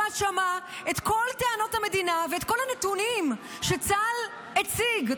אנחנו הראשונים שעושים את